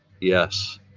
yes